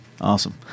Awesome